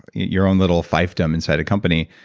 your own little fiefdom inside a company,